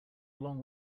long